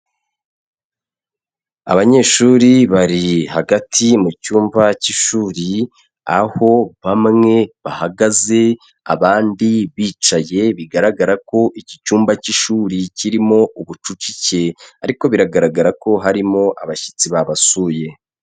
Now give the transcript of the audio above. Abanyeshuri bari hagati mu cyumba cy'ishuri aho bamwe bahagaze abandi bicaye bigaragara ko iki cyumba cy'ishuri kirimo ubucucike ariko biragaragara ko harimo abashyitsi babasuye.